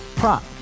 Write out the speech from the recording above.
prop